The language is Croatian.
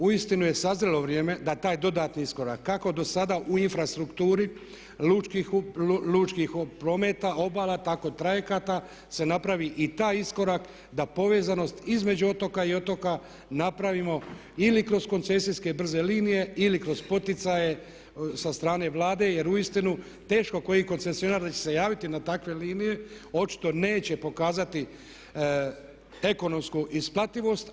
Uistinu je sazrelo vrijeme da taj dodatni iskorak kako do sada u infrastrukturi lučkih prometa, obala, tako trajekata se napravi i taj iskorak da povezanost između otoka i otoka napravimo ili kroz koncesijske i brze linije ili kroz poticaje sa strane Vlade jer uistinu teško koji koncesionar da će se javiti na takve linije, očito neće pokazati ekonomsku isplativost.